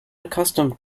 accustomed